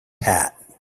hat